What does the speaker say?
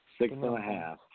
Six-and-a-half